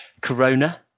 corona